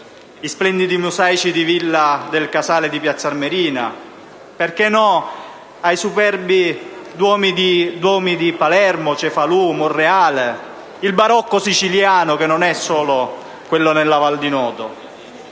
splendidi mosaici della villa del Casale di Piazza Armerina? Perché non ricordare poi i superbi duomi di Palermo, di Cefalù, di Monreale, il barocco siciliano, che non è solo quello della Val di Noto,